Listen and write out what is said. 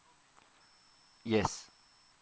yes